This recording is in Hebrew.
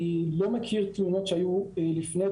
אני לא מכיר תלונות שהיו לפני,